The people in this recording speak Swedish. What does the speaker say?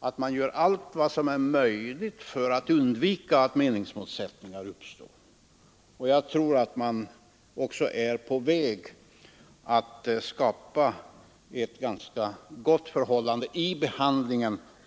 att man gör allt som är möjligt för att undvika att meningsmotsättningar uppstår. Jag tror att man också är på väg att skapa ett ganska gott förhållande.